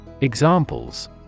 Examples